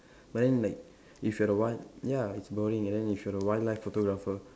but then like if you are a wild ya it's boring and then if you are a wildlife photographer